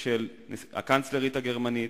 של הקאנצלרית הגרמנית,